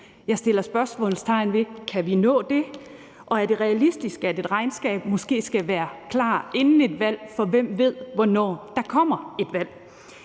Jeg sætter spørgsmålstegn ved, om vi kan nå det, og om det er realistisk, at et regnskab måske skal være klar inden et valg. For hvem ved, hvornår der kommer et valg?